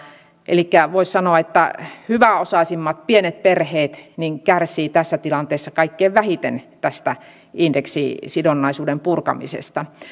elikkä voisi sanoa että hyväosaisimmat pienet perheet kärsivät tässä tilanteessa kaikkein vähiten tästä indeksisidonnaisuuden purkamisesta